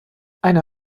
eine